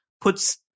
puts